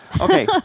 Okay